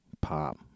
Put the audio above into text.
pop